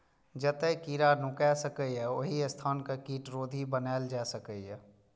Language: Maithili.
जतय कीड़ा नुकाय सकैए, ओहि स्थान कें कीटरोधी बनाएल जा सकैए